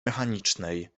mechanicznej